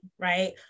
right